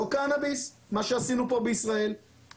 לא בגלל שזה כל כך חוסם,